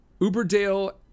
Uberdale